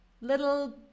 little